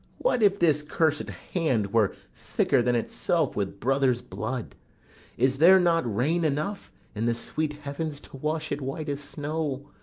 what if this cursed hand were thicker than itself with brother's blood is there not rain enough in the sweet heavens to wash it white as snow?